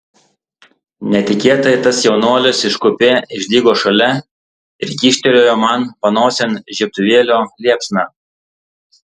netikėtai tas jaunuolis iš kupė išdygo šalia ir kyštelėjo man panosėn žiebtuvėlio liepsną